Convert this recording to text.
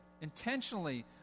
intentionally